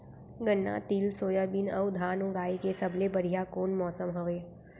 गन्ना, तिल, सोयाबीन अऊ धान उगाए के सबले बढ़िया कोन मौसम हवये?